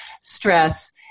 stress